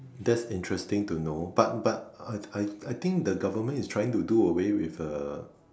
that's interesting to know but but I I I think the government is trying to do away with the